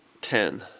Ten